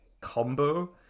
combo